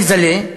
"עליזהל'ה,